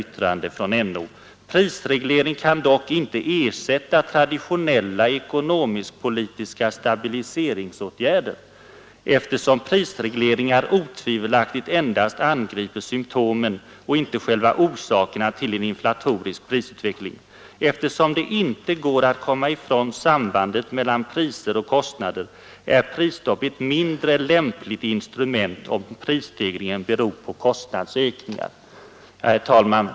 Och NO fortsätter: ”Prisreglering kan dock inte ersätta traditionella ekonomisk-politiska stabiliseringsåtgärder eftersom prisregleringar otvivelaktigt endast angriper symtomen och inte själva orsakerna till en inflatorisk prisutveckling. Eftersom det inte går att komma ifrån sambandet mellan priser och kostnader är prisstopp ett mindre lämpligt instrument om prisstegringen beror på kostnadsökningar.” Herr talman!